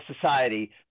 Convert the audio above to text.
society